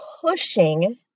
pushing